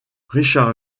richard